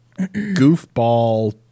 goofball